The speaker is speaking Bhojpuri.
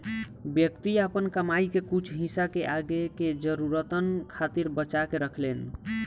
व्यक्ति आपन कमाई के कुछ हिस्सा के आगे के जरूरतन खातिर बचा के रखेलेन